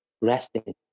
resting